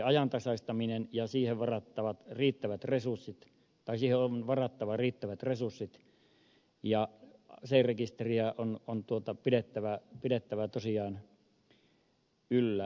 aserekisterin ajantasaistamiseen on varattava riittävät resurssit ja aserekisteriä on pidettävä tosiaan yllä